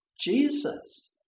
Jesus